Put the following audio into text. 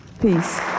peace